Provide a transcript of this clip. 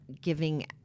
giving